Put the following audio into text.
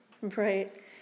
Right